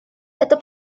это